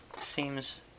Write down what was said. seems